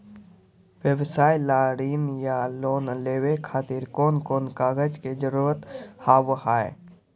व्यवसाय ला ऋण या लोन लेवे खातिर कौन कौन कागज के जरूरत हाव हाय?